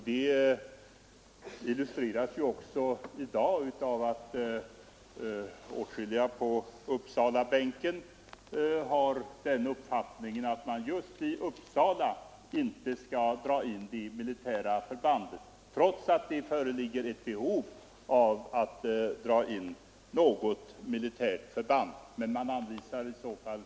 Det illustreras ju också i dag av att åtskilliga ledamöter på Uppsalabänken har den uppfattningen att man just i Uppsala inte skall dra in det militära förbandet, trots att det föreligger ett behov av att dra in något förband; men de anvisar inte vilket.